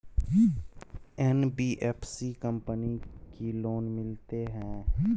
NBFC company की loan मिलते है?